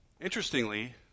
interestingly